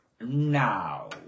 now